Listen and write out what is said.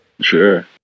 Sure